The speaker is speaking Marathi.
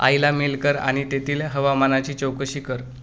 आईला मेल कर आणि तेथील हवामानाची चौकशी कर